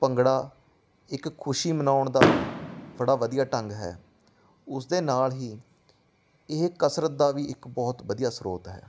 ਭੰਗੜਾ ਇੱਕ ਖੁਸ਼ੀ ਮਨਾਉਣ ਦਾ ਬੜਾ ਵਧੀਆ ਢੰਗ ਹੈ ਉਸਦੇ ਨਾਲ ਹੀ ਇਹ ਕਸਰਤ ਦਾ ਵੀ ਇੱਕ ਬਹੁਤ ਵਧੀਆ ਸਰੋਤ ਹੈ